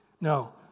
No